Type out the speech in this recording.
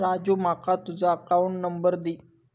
राजू माका तुझ account number दी